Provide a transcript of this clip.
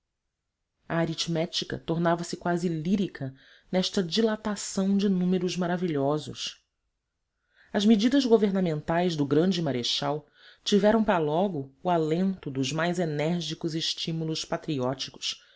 aritmética tornava-se quase lírica nesta dilatação de números maravilhosos as medidas governamentais do grande marechal tiveram para logo o alento dos mais enérgicos estímulos patrióticos